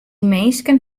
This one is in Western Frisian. minsken